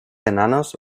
enanos